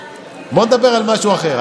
בואו נדבר על משהו אחר.